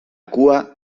cua